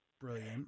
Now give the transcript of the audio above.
Brilliant